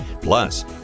Plus